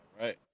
right